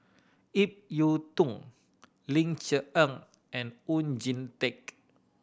Ip Yiu Tung Ling Cher Eng and Oon Jin Teik